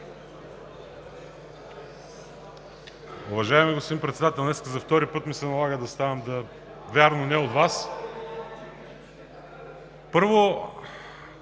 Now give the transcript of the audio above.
Уважаеми господин Председател, днес за втори път ми се налага да ставам, вярно не от Вас. Първо,